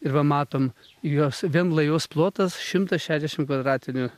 ir va matom jos vien lajos plotas šimtas šešiasdešimt kvadratinių